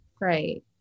right